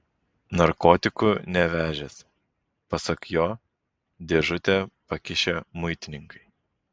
narkotikų nevežęs pasak jo dėžutę pakišę muitininkai